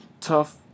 tough